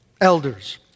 Elders